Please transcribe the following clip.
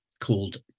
called